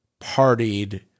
partied